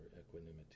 equanimity